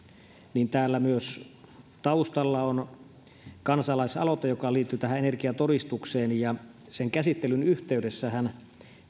niin taustalla on myös kansa laisaloite joka liittyy energiatodistukseen sen käsittelyn yhteydessähän